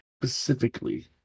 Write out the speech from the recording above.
specifically